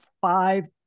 five